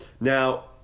Now